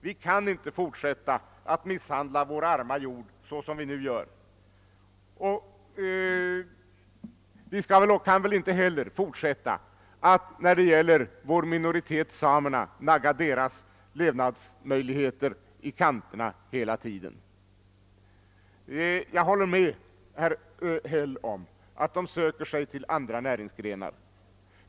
Vi kan inte fortsätta att misshandla vår arma jord så som vi nu gör. Vi kan heller inte fortsätta med att när det gäller vår minoritet samerna hela tiden nagga deras levnadsmöjligheter i kanterna. Jag håller med herr Häll om att de söker sig till andra näringsgrenar.